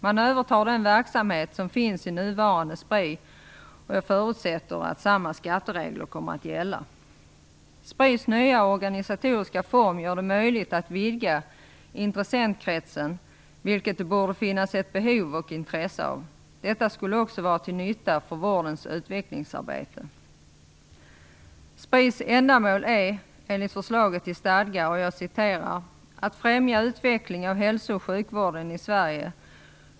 Man övertar den verksamhet som finns i nuvarande Spri, och jag förutsätter att samma skatteregler kommer att gälla. Spris nya organisatoriska form gör det möjligt att vidga intressentkretsen, vilket det borde finnas ett behov och intresse av. Detta skulle också vara till nytta för vårdens utvecklingsarbete. Spris ändamål är enligt förslaget till stadgar att främja utveckling av hälso och sjukvården i Sverige.